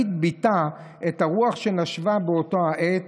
לפיד ביטא את הרוח שנשבה באותה העת